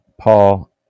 Paul